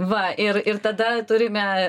va ir ir tada turime